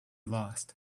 lost